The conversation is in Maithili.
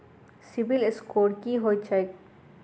सिबिल स्कोर की होइत छैक?